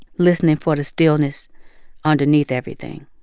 listening for the stillness underneath everything.